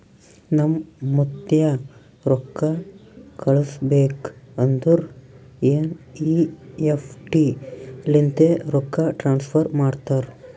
ನಮ್ ಮುತ್ತ್ಯಾ ರೊಕ್ಕಾ ಕಳುಸ್ಬೇಕ್ ಅಂದುರ್ ಎನ್.ಈ.ಎಫ್.ಟಿ ಲಿಂತೆ ರೊಕ್ಕಾ ಟ್ರಾನ್ಸಫರ್ ಮಾಡ್ತಾರ್